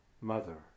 Mother